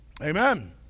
Amen